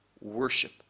worship